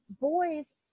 boys